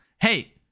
Hey